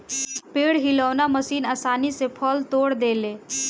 पेड़ हिलौना मशीन आसानी से फल तोड़ देले